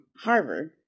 Harvard